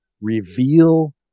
reveal